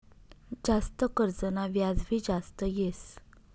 जास्त कर्जना व्याज भी जास्त येस